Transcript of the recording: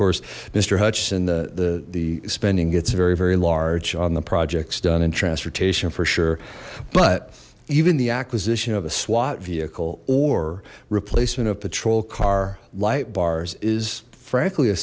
course mr hudson the the the spending gets very very large on the projects done in transportation for sure but even the acquisition of a swat vehicle or replacement of patrol car light bars is frankly a